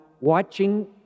watching